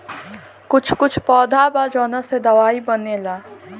कुछ कुछ पौधा बा जावना से दवाई बनेला